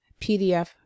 PDF